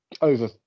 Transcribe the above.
over